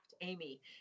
amy